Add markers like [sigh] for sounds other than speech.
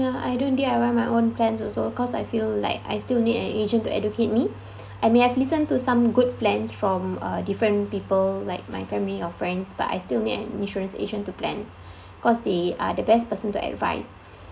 ya I don't think I will run my own plans also cause I feel like I still need an agent to educate me [breath] and we have listen to some good plans from uh different people like my family or friends but I still need an insurance agent to plan [breath] cause they are the best person to advice